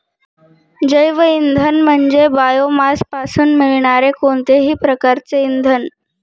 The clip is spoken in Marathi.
जैवइंधन म्हणजे बायोमासपासून मिळणारे कोणतेही प्रकारचे इंधन